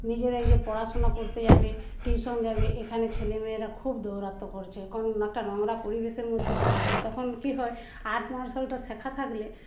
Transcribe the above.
নিজেরা এই যে পড়াশোনা করতে যাবে টিউশন যাবে এখানে ছেলেমেয়েরা খুব দৌরাত্ম্য করছে কম একটা নোংরা পরিবেশের মধ্যে পড়ে যায় তখন কী হয় আর্ট মার্শালটা শেখা থাকলে